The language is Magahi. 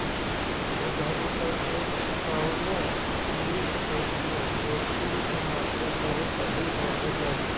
उद्यमिता के कउनो भी क्षेत्र मे जोखिम के मात्रा बहुत अधिक होवो हय